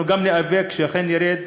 אנחנו גם ניאבק שזה ירד,